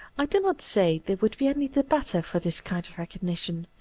i do not say they would be any the better for this kind of recognition,